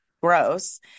gross